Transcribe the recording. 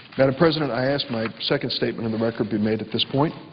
kind of president, i ask my second statement in the record be made at this point.